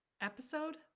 Episode